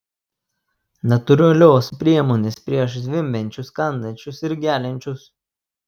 natūralios priemonės prieš zvimbiančius kandančius ir geliančius